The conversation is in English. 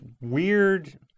weird